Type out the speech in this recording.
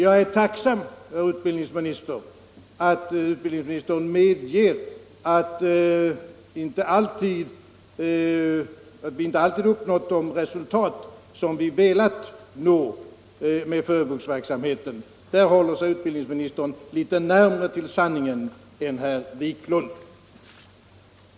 Jag är tacksam att utbildningsministern medger att vi inte alltid uppnått de resultat som vi velat med försöksverksamheten. Där håller sig utbildningsministern litet närmare sanningen än herr Wiklund.